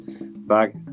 back